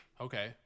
Okay